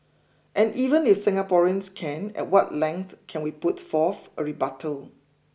and even if Singaporeans can at what length can we put forth a rebuttal